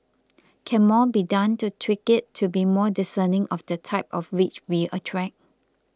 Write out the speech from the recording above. can more be done to tweak it to be more discerning of the type of rich we attract